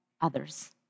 others